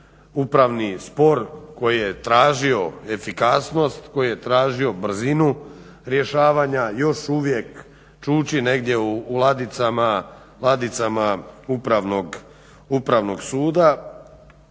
upravni spor koji je tražio efikasnost, koji je tražio brzinu rješavanja još uvijek čuči negdje u ladicama upravnog suda